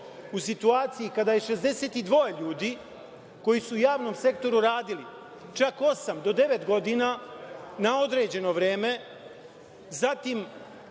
u situaciji kada je 62 ljudi koji su u javnom sektoru radili čak osam do devet godina na određeno vreme,